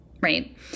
right